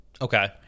Okay